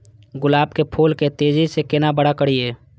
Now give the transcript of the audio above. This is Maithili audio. गुलाब के फूल के तेजी से केना बड़ा करिए?